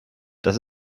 das